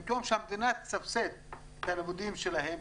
במקום שהמדינה תסבסד את הלימודים שלהם,